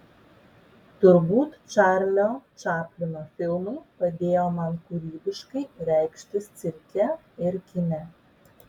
turbūt čarlio čaplino filmai padėjo man kūrybiškai reikštis cirke ir kine